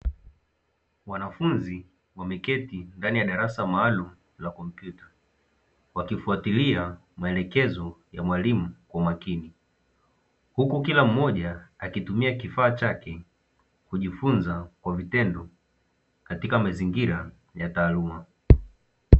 Wanafunzi wameketi ndani ya darasa maalum za kompyuta wakifuatilia maelekezo ya mwalimu kwa makini, huku kila mmoja akitumia kifaa chake kujifunza kwa vitendo katika mazingira ya taaluma.